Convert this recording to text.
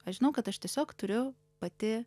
aš žinau kad aš tiesiog turiu pati